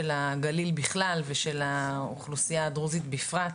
הגליל בכלל ושל האוכלוסייה הדרוזית בפרט,